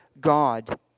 God